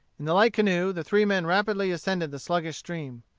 in the light canoe the three men rapidly ascended the sluggish stream.